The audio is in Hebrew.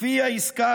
לפי העסקה,